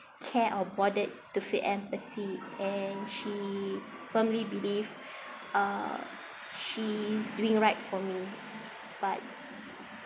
care or bothered to feel empathy and she she firmly believe uh she is doing right for me but